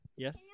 Yes